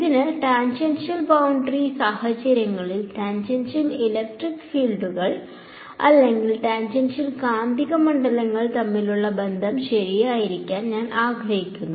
അതിനാൽ tangential boundary സാഹചര്യങ്ങളിൽ tangential electric ഫീൽഡുകൾ അല്ലെങ്കിൽ ടാൻജൻഷ്യൽ കാന്തിക മണ്ഡലങ്ങൾtangential magnetic field തമ്മിലുള്ള ബന്ധം ശരിയായിരിക്കാൻ ഞാൻ ആഗ്രഹിക്കുന്നു